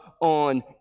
on